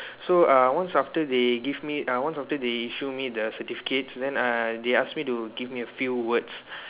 so uh once after they give me uh once after they issue me the certificate then uh they they ask me to give me a few words